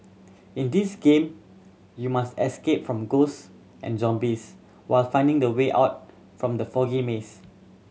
in this game you must escape from ghost and zombies while finding the way out from the foggy maze